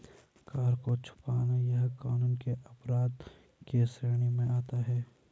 कर को छुपाना यह कानून के अपराध के श्रेणी में आता है